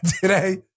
today